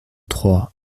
trois